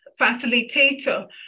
facilitator